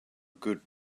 good